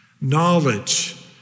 Knowledge